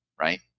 right